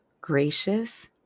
gracious